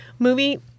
Movie